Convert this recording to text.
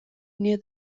near